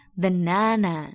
banana